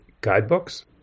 guidebooks